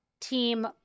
team